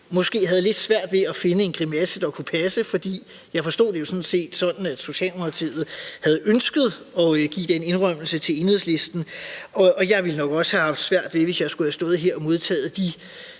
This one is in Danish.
måske havde lidt svært ved at finde en grimasse, der ku' passe, for jeg forstod det sådan set sådan, at Socialdemokratiet havde ønsket at give den indrømmelse til Enhedslisten, og jeg ville nok også haft svært ved det, hvis jeg skulle have stået her og modtage de,